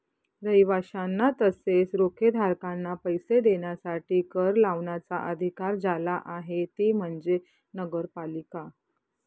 रहिवाशांना तसेच रोखेधारकांना पैसे देण्यासाठी कर लावण्याचा अधिकार ज्याला आहे ती म्हणजे नगरपालिका